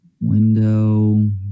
Window